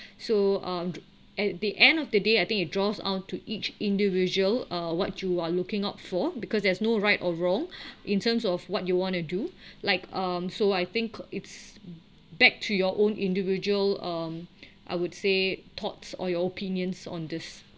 so um at the end of the day I think it draws up to each individual uh what you are looking out for because there's no right or wrong in terms of what you want to do like um so I think it's back to your own individual um I would say thoughts or your opinions on this